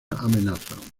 amenazan